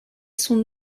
son